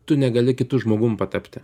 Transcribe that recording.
tu negali kitu žmogum patapti